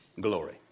Glory